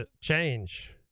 change